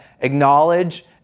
acknowledge